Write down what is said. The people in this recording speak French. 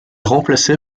remplacé